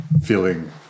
feeling